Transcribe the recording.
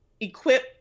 equip